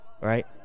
Right